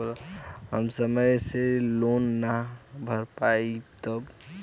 हम समय से लोन ना भर पईनी तब?